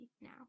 now